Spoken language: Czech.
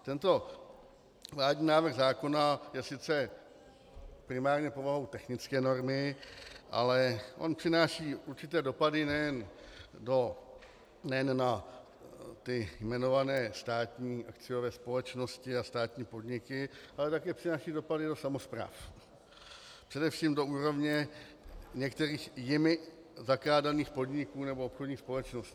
Tento vládní návrh zákona je sice primárně povahou technické normy, ale on přináší určité dopady nejen na ty jmenované státní akciové společnosti a státní podniky, ale přináší také dopady do samospráv, především do úrovně některých jimi zakládaných podniků nebo obchodních společností.